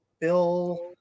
Bill